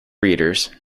readers